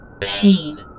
pain